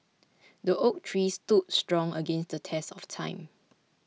the oak tree stood strong against the test of time